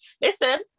Listen